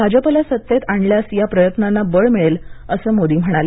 भाजपला सत्तेत आणल्यास या प्रयत्नांना बळ मिळेल असं मोदी म्हणाले